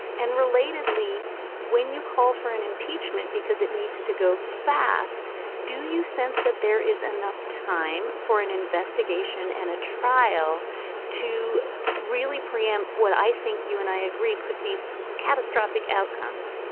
and relatedly when you call for an impeachment because it needs to go fast. do you sense that there is enough time for an investigation and a trial to really pre-empt what i think you and i agree could be catastrophic outcomes.